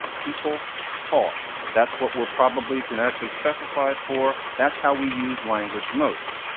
people talked. that's what we're probably genetically specified for. that's how we use language most.